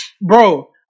bro